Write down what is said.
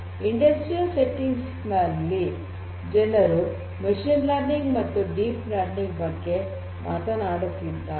ಕೈಗಾರಿಕಾ ಸೆಟ್ಟಿಂಗ್ಸ್ ಜನರು machine learning ಮತ್ತು ಡೀಪ್ ಲರ್ನಿಂಗ್ ಬಗ್ಗೆ ಮಾತನಾಡುತ್ತಿದ್ದಾರೆ